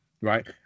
right